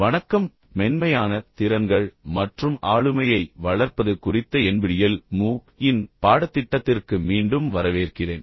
வணக்கம் மென்மையான திறன்கள் மற்றும் ஆளுமையை வளர்ப்பது குறித்த NPTEL MOOC இன் பாடத்திட்டத்திற்கு மீண்டும் வரவேற்கிறேன்